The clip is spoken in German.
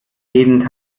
gehen